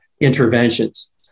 interventions